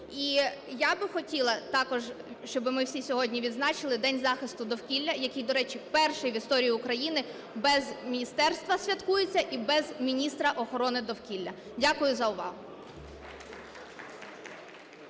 я би хотіла також, щоби ми всі сьогодні відзначили День захисту довкілля, який, до речі, вперше в історії України без міністерства святкується і без міністра охорони довкілля. Дякую за увагу.